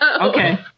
Okay